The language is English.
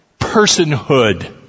personhood